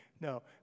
No